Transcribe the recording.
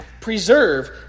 preserve